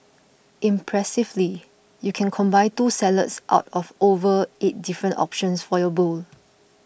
impressively you can combine two salads out of over eight different options for your bowl